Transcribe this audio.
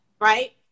right